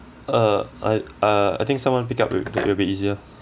uh I err I think someone pick up will will be easier